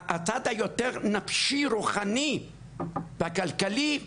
הצד היותר נפשי-רוחני והכלכלי,